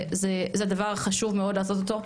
זה דבר חשוב מאוד לעשות אותו,